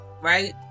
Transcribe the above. right